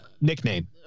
nickname